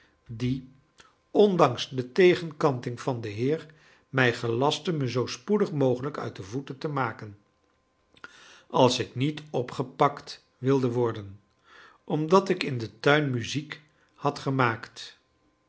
die ondanks de tegenkanting van den heer mij gelastte me zoo spoedig mogelijk uit de voeten te maken als ik niet opgepakt wilde worden omdat ik in den tuin muziek had gemaakt